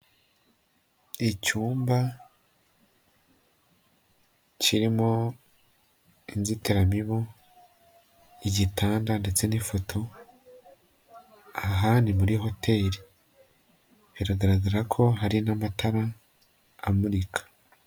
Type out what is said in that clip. Icyumba kirimo inzitiramibu, igitanda ndetse n'ifoto, aha ni muri hoteri biragaragara ko hari n'amatara amurika.